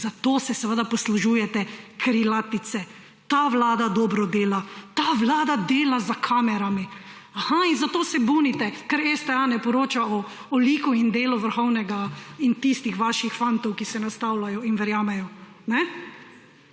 Zato se seveda poslužujete krilatice »ta vlada dobro dela«, »ta vlada dela za kamerami«. Aha, in zato se bunite? Ker STA ne poroča o liku in delu vrhovnega in tistih vaših fantov, ki se nastavljajo in verjamejo?